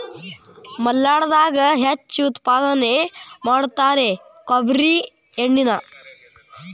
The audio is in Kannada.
ಮಲ್ನಾಡದಾಗ ಹೆಚ್ಚು ಉತ್ಪಾದನೆ ಮಾಡತಾರ ಕೊಬ್ಬ್ರಿ ಎಣ್ಣಿನಾ